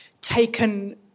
taken